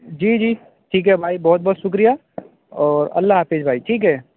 جی جی ٹھیک ہے بھائی بہت بہت شُکریہ اور اللہ حافظ بھائی ٹھیک ہے